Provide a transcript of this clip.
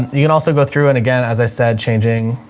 and you can also go through, and again as i said, changing